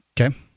Okay